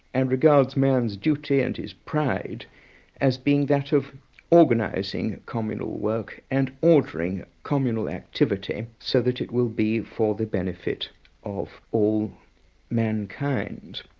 and regards man's duty and his pride as being that of organising communal work and ordering communal activity so that it will be for the benefit of all mankind.